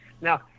Now